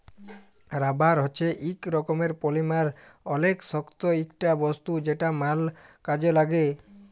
rubber হচ্যে ইক রকমের পলিমার অলেক শক্ত ইকটা বস্তু যেটা ম্যাল কাজে লাগ্যে